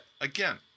again